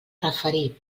referir